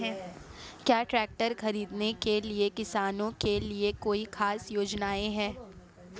क्या ट्रैक्टर खरीदने के लिए किसानों के लिए कोई ख़ास योजनाएं हैं?